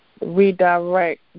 redirect